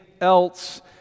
else